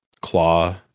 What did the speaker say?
claw